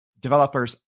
developers